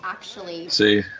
See